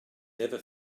never